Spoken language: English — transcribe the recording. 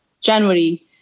January